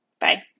bye